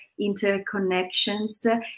interconnections